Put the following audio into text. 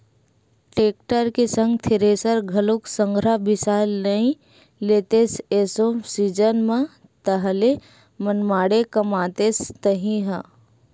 tractor के संग thresher घलोक संघरा बिसा नइ लेतेस एसो सीजन म ताहले मनमाड़े कमातेस तही ह